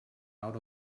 out